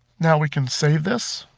now we can save this.